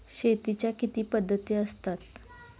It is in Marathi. शेतीच्या किती पद्धती असतात?